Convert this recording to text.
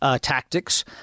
tactics